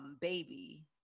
baby